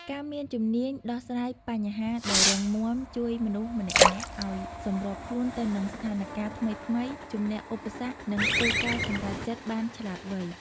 ការមានជំនាញដោះស្រាយបញ្ហាដ៏រឹងមាំជួយមនុស្សម្នាក់ៗឲ្យសម្របខ្លួនទៅនឹងស្ថានការណ៍ថ្មីៗ ជំនះឧបសគ្គ និងធ្វើការសម្រេចចិត្តបានឆ្លាតវៃ។